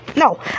No